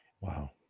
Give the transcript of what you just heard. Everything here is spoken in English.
Wow